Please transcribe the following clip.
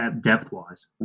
depth-wise